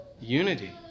Unity